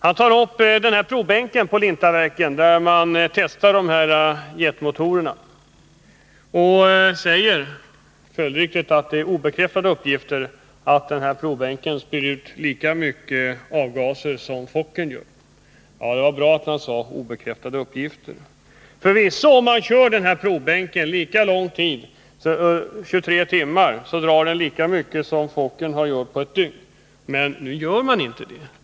Han nämnde också provbänken vid Lintaverken där jetmotorerna testas. Enligt honom är de uppgifter obekräftade som säger att 5 den här provbänken spyr ut lika mycket avgaser som Fokkerplanen gör. Det var bra att han sade ”obekräftade uppgifter”. Om man kör denna provbänk 23 timmar, drar den förvisso lika mycket som Fokkern drar på ett dygn. Men nu gör man inte det.